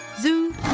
Zoo